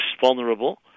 vulnerable